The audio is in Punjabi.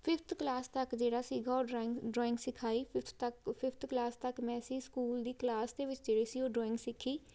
ਫਿਫਥ ਕਲਾਸ ਤੱਕ ਜਿਹੜਾ ਸੀਗਾ ਉਹ ਡਰਾਇੰਗ ਡਰੋਇੰਗ ਸਿਖਾਈ ਫਿਫਥ ਤੱਕ ਫਿਫਥ ਕਲਾਸ ਤੱਕ ਮੈਂ ਇਸੀ ਸਕੂਲ ਦੀ ਕਲਾਸ ਦੇ ਵਿੱਚ ਜਿਹੜੀ ਸੀ ਉਹ ਡਰੋਇੰਗ ਸਿੱਖੀ